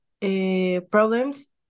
problems